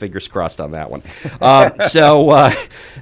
figures crossed on that one so